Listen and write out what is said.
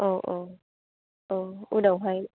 औ औ औ उनावहाय